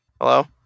Hello